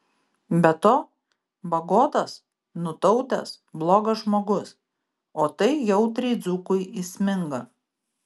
be to bagotas nutautęs blogas žmogus o tai jautriai dzūkui įsminga